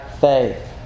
faith